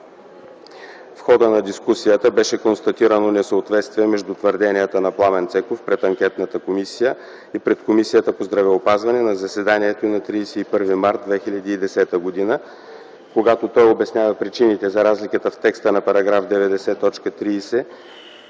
В хода на дискусията беше констатирано несъответствие между твърденията на Пламен Цеков пред анкетната комисия и пред Комисията по здравеопазване на заседанието й на 31.03.2010 г., когато той обяснява причините за разликата в текста на § 90,